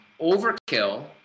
Overkill